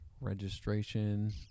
registration